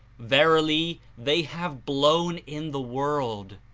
verily, they have blown in the world.